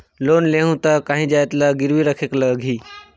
Loan लेहूं ता काहीं जाएत ला गिरवी रखेक लगही?